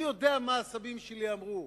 אני יודע מה הסבים שלי אמרו,